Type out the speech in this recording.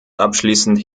abschließend